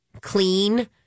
Clean